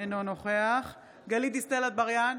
אינו נוכח גלית דיסטל אטבריאן,